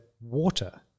water